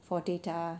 for data